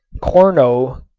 korno,